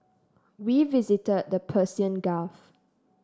we visited the Persian Gulf